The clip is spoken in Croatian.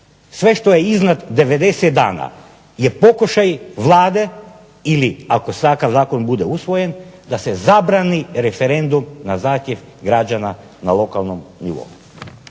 Sve što je iznad 90 dana je pokušaj Vlade ili ako takav zakon bude usvojen da se zabrani referendum na zahtjev građana na lokalnom nivou.